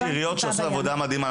יש עיריות שעשו עבודה מדהימה.